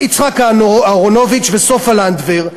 יצחק אהרונוביץ וסופה לנדבר,